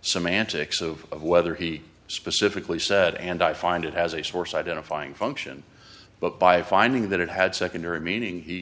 semantics of whether he specifically said and i find it as a source identifying function but by finding that it had secondary meaning he